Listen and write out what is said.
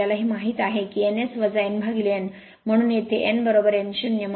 आम्हाला हे माहित आहे की n S nn म्हणून येथे nn 0